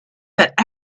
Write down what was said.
that